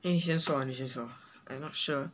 你先说 lah 你先说 I'm not sure